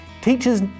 Teachers